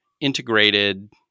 integrated